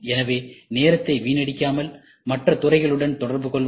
எனவே நேரத்தை வீணடிக்காமல் மற்ற துறைகளுடன் தொடர்புகொள்வது